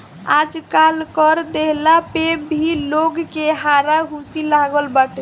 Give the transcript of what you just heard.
आजकल कर देहला में भी लोग के हारा हुसी लागल बाटे